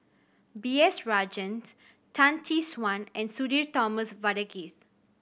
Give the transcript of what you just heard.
B S Rajhans Tan Tee Suan and Sudhir Thomas Vadaketh